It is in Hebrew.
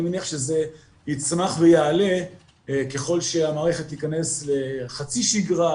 מקווה שזה יצמח ויעלה ככל שהמערכת תיכנס לחצי-שיגרה,